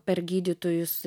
per gydytojus